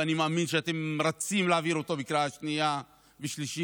ואני מאמין שאתם רצים להעביר אותו בקריאה שנייה ושלישית.